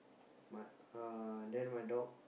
my uh then my dog